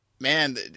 man